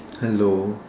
hello